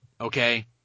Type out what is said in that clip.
okay